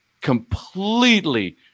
completely